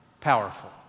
powerful